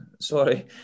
sorry